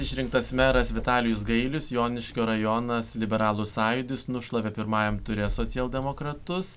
išrinktas meras vitalijus gailius joniškio rajonas liberalų sąjūdis nušlavė pirmajam ture socialdemokratus